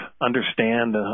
understand